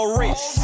rich